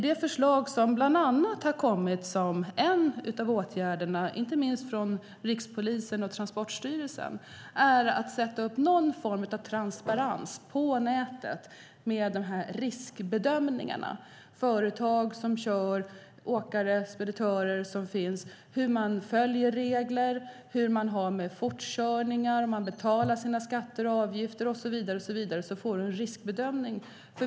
Det förslag som bland annat har kommit som en av åtgärderna, inte minst från Rikspolisstyrelsen och Transportstyrelsen, är att åstadkomma någon form av transparens på nätet med de här riskbedömningarna när det gäller företag, åkare och speditörer rörande hur de följer regler, hur det är med fortkörningar, om de betalar sina skatter och avgifter och så vidare. Då får man en riskbedömning.